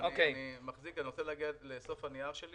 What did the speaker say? אני רוצה להגיע לסוף הנייר שלי